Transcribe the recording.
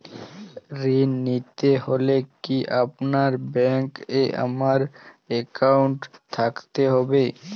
ঋণ নিতে হলে কি আপনার ব্যাংক এ আমার অ্যাকাউন্ট থাকতে হবে?